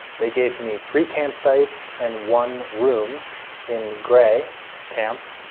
they gave me three campsites and one room in grey camp.